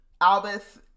Albus